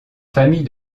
famille